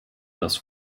das